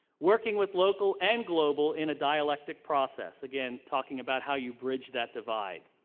working with local and global in a dialectic process. again, talking about how you bridge that divide.